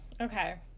Okay